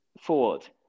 forward